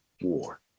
war